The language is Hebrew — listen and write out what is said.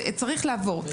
זה צריך לעבור,